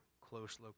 close